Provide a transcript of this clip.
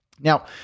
Now